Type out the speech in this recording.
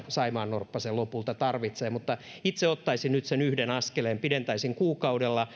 saimaannorppa sen lopulta tarvitsee mutta itse ottaisin nyt sen yhden askeleen pidentäisin kuukaudella